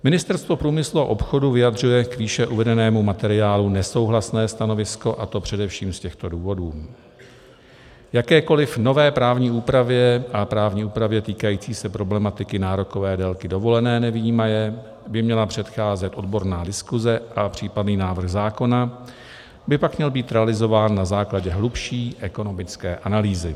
Ministerstvo průmyslu a obchodu vyjadřuje k výše uvedenému materiálu nesouhlasné stanovisko, a to především z těchto důvodů: Jakékoliv nové právní úpravě a právní úpravě týkající se problematiky nárokové délky dovolené nevyjímaje by měla předcházet odborná diskuse a případný návrh zákona by pak měl být realizován na základě hlubší ekonomické analýzy.